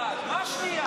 מה שנייה?